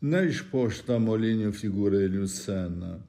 neišpuošta molinių figūra ir jų scena